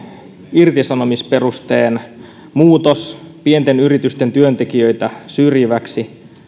irtisanomisperusteen muutos pienten yritysten työntekijöitä syrjiväksi